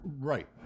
Right